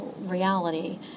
reality